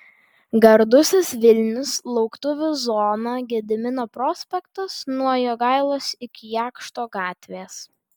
gardusis vilnius lauktuvių zona gedimino prospektas nuo jogailos iki jakšto gatvės